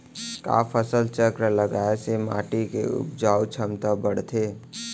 का फसल चक्र लगाय से माटी के उपजाऊ क्षमता बढ़थे?